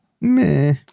Meh